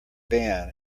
ban